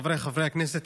חבריי חברי הכנסת,